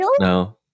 No